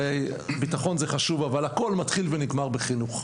הרי ביטחון זה חשוב אבל הכול מתחיל ונגמר בחינוך.